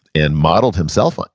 and model himself on,